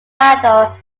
idol